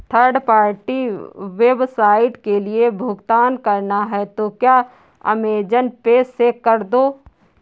third party website के लिए भुगतान करना है तो क्या अमेज़न पे से कर दो